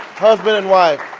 husband and wife.